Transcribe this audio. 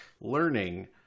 learning